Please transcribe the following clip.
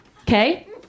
okay